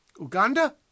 Uganda